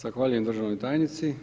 Zahvaljujem Državnoj tajnici.